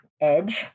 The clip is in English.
edge